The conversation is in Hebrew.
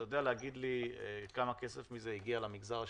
אתה יודע להגיד לי כמה כסף מזה הגיע למגזר השלישי?